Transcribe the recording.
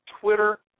Twitter